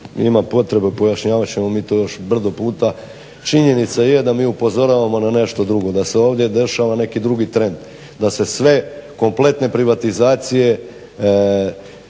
ima potrebe pojašnjavat ćemo mi to još brdo puta. Činjenica je da mi upozoravamo na nešto drugo, da se ovdje dešava neki drugi trend, da se sve kompletne privatizacije,